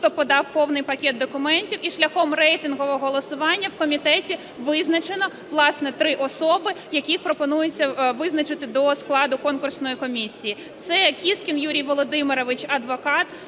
хто подав повний пакет документів, і шляхом рейтингового голосування в комітеті визначено, власне, три особи, яких пропонується визначити до складу конкурсної комісії. Це Кіскін Юрій Володимирович – адвокат,